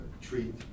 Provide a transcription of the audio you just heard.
treat